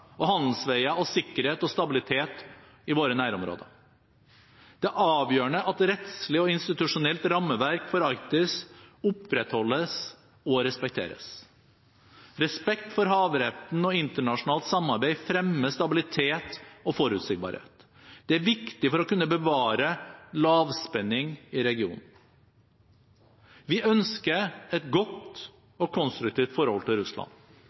og handelsveier og sikkerhet og stabilitet i våre nærområder. Det er avgjørende at et rettslig og institusjonelt rammeverk for Arktis opprettholdes og respekteres. Respekt for havretten og internasjonalt samarbeid fremmer stabilitet og forutsigbarhet. Det er viktig for å kunne bevare lav spenning i regionen. Vi ønsker et godt og konstruktivt forhold til Russland.